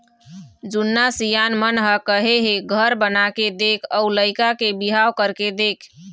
जुन्ना सियान मन ह कहे हे घर बनाके देख अउ लइका के बिहाव करके देख